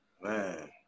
man